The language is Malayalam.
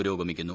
പുരോഗമിക്കുന്നു